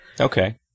Okay